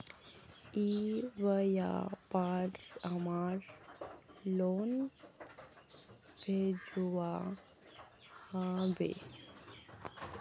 ई व्यापार हमार लोन भेजुआ हभे?